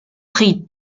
prix